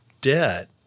debt